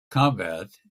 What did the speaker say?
combat